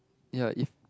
ya if